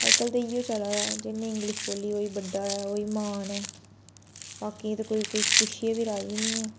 अज्जकल ते इयो चला दा जिन्नी इंग्लिश बोली ओ ही बड्डा ऐ ओ ही म्हान ऐ बाकियें ते कोई कोई पुच्छियै बी राजी नेईं ऐ